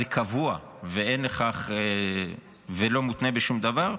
זה קבוע ולא מותנה בשום דבר.